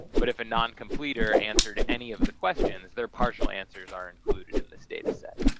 but if a non completer answered any of the questions, there partial answers are included in this data set.